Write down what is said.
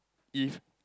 if